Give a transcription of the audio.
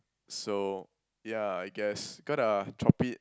so ya I guess gotta chop it